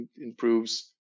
improves